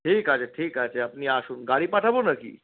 ঠিক আছে ঠিক আছে আপনি আসুন গাড়ি পাঠাবো নাকি